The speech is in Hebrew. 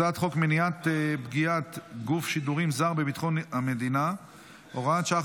הצעת חוק מניעת פגיעת גוף שידורים זר בביטחון המדינה (הוראת שעה,